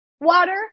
water